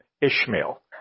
Ishmael